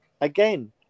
again